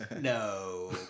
No